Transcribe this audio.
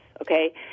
okay